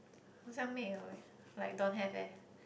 好像没有 eh like don't have eh